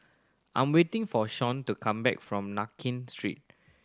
I'm waiting for Shon to come back from Nankin Street